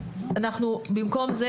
אנחנו במקום זה,